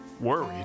Worried